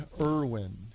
Irwin